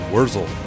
Wurzel